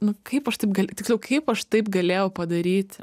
nu kaip aš taip gali tiksliau kaip aš taip galėjau padaryti